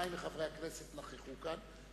ששניים מחברי הכנסת נכחו כאן,